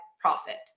profit